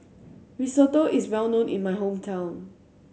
risotto is well known in my hometown